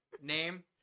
Name